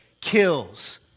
kills